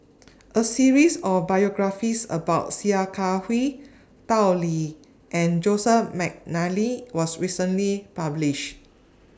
A series of biographies about Sia Kah Hui Tao Li and Joseph Mcnally was recently published